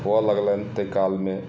हुअ लगलनि ताहि कालमे